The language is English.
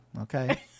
okay